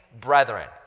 brethren